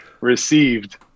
received